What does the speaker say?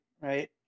right